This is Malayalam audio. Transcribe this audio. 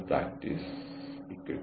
എനിക്ക് പ്രവേശനമുണ്ട്